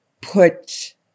put